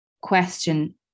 question